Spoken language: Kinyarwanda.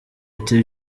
ati